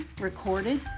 recorded